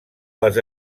les